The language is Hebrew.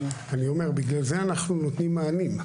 בגלל זה אנחנו נותנים מענים.